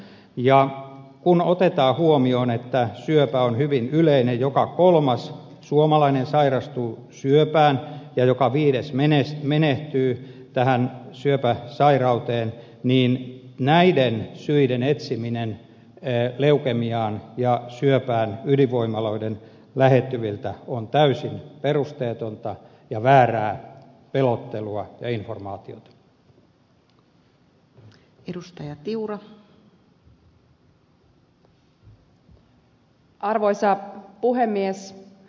ja kun otetaan huomioon että syöpä on hyvin yleinen joka kolmas suomalainen sairastuu syöpään ja joka viides menehtyy tähän syöpäsairauteen niin leukemian ja syövän syiden etsiminen ydinvoimaloiden lähettyviltä on täysin perusteetonta ja väärää pelottelua ja informaatiota